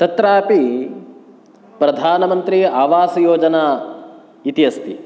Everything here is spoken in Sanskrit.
तत्रापि प्रधानमन्त्रि आवासयोजना इति अस्ति